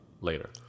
later